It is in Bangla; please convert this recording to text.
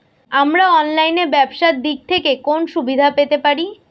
আমরা অনলাইনে ব্যবসার দিক থেকে কোন সুবিধা পেতে পারি?